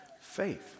Faith